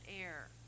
air